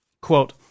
Quote